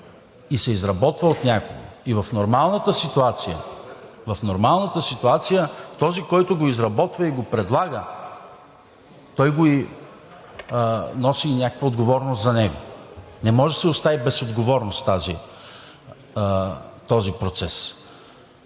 и се изработва от някого. И в нормалната ситуация този, който го изработва и го предлага, той носи и някаква отговорност за него. Не може да се остави без отговорност този процес.